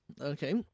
Okay